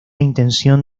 intención